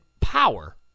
power